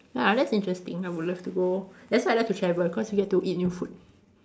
ya that's interesting I would love to go that's why I like to travel cause we get to eat new food